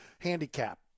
handicap